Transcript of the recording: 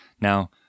Now